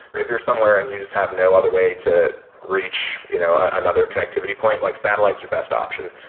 if you're somewhere and you just have no other way to reach you know another connectivity point, like satellite is your best option.